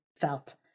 felt